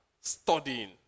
studying